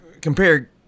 compare